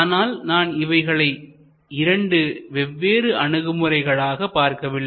ஆனால் நான் இவைகளை இரண்டு வெவ்வேறு அணுகுமுறைகள் ஆக பார்க்கவில்லை